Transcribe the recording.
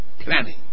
planning